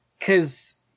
cause